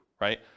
right